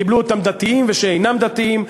קיבלו אותם דתיים ושאינם דתיים.